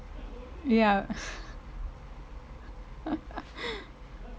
ya